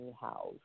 house